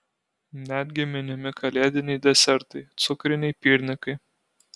netgi minimi kalėdiniai desertai cukriniai piernikai